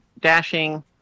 dashing